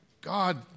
God